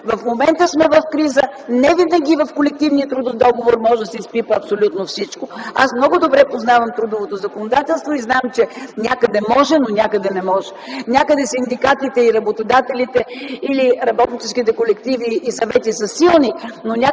В момента сме в криза – не винаги в колективния трудов договор може да се изпипа абсолютно всичко. Аз много добре познавам трудовото законодателство и знам, че някъде може, но някъде не може. Някъде синдикатите и работодателите или работническите колективи и съвети са силни, но някъде - въобще